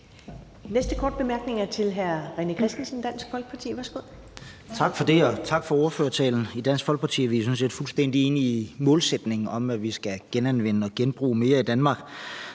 næste korte bemærkning er til hr. René Christensen, Dansk Folkeparti. Værsgo. Kl. 15:47 René Christensen (DF): Tak for det, og tak for ordførertalen. I Dansk Folkeparti er vi sådan set fuldstændig enige i målsætningen om, at vi skal genanvende og genbruge mere i Danmark.